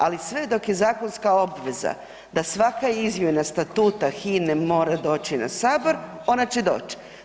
Ali sve dok je zakonska obveza da svaka izmjena statuta HINA-e mora doći na Sabor, ona će doć.